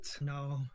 No